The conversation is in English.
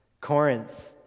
Corinth